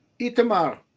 Itamar